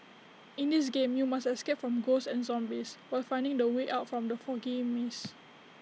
in this game you must escape from ghosts and zombies while finding the way out from the foggy maze